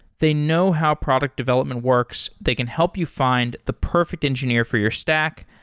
they know how product development works. they can help you find the perfect engineer for your stack,